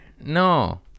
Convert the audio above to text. no